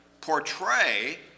portray